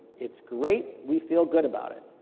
it's great, we feel good about it.